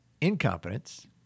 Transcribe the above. incompetence